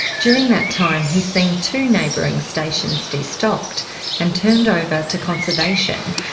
during that time he's seen two neighbouring stations de-stocked and turned over to conservation.